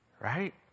right